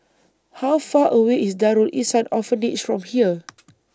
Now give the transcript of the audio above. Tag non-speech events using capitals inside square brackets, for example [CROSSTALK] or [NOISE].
How Far away IS Darul Ihsan Orphanage from here [NOISE]